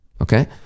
Okay